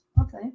okay